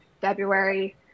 February